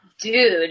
Dude